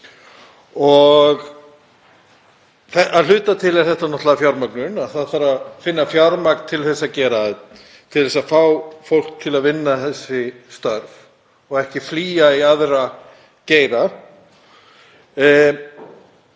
Að hluta til er þetta náttúrlega fjármögnun, það þarf að finna fjármagn til að fá fólk til að vinna þessi störf og ekki flýja í aðra geira.